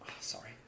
Sorry